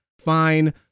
fine